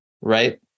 right